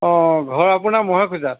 অঁ ঘৰ আপোনাৰ মহেখুজাত